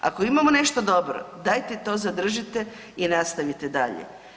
Ako imamo nešto dobro, dajte to zadržite i nastavite dalje.